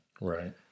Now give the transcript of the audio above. right